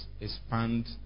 expand